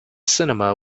cinema